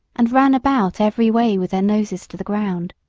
and ran about every way with their noses to the ground.